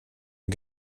och